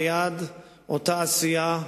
ליד אותה עשייה,